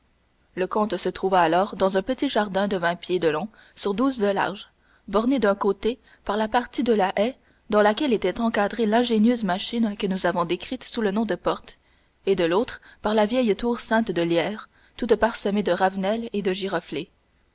le comte se trouva alors dans un petit jardin de vingt pieds de long sur douze de large borné d'un côté par la partie de la haie dans laquelle était encadrée l'ingénieuse machine que nous avons décrite sous le nom de porte et de l'autre par la vieille tour ceinte de lierre toute parsemée de ravenelles et de giroflées